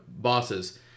bosses